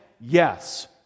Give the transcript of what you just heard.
Yes